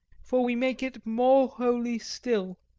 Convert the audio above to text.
for we make it more holy still.